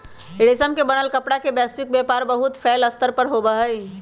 रेशम से बनल कपड़ा के वैश्विक व्यापार बहुत फैल्ल स्तर पर होबा हई